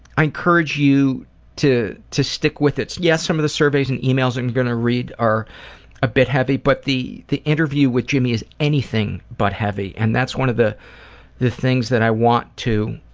i encourage you to to stick with it. yes, some of the surveys and yeah e-mails we're and going to read are a bit heavy, but the the interview with jimmy is anything but heavy, and that's one of the the things that i want to